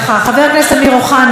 חבר הכנסת אמיר אוחנה,